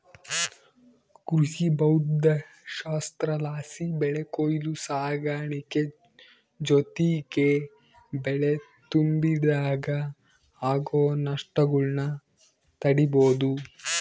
ಕೃಷಿಭೌದ್ದಶಾಸ್ತ್ರಲಾಸಿ ಬೆಳೆ ಕೊಯ್ಲು ಸಾಗಾಣಿಕೆ ಜೊತಿಗೆ ಬೆಳೆ ತುಂಬಿಡಾಗ ಆಗೋ ನಷ್ಟಗುಳ್ನ ತಡೀಬೋದು